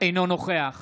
אינו נוכח